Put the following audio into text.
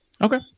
Okay